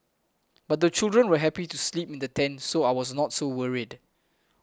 but the children were happy to sleep in the tent so I was not so worried